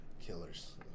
Killers